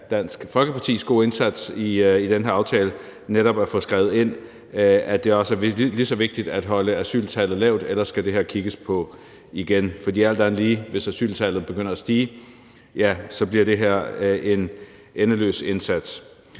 Dansk Folkepartis gode indsats i den her aftale, nemlig at få skrevet ind, at det er lige så vigtigt at holde asyltallet lavt. Ellers skal det her kigges på igen. For alt andet lige, hvis asyltallet begynder at stige, bliver det her en endeløs indsats.